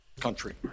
country